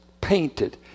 painted